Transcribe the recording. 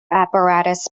apparatus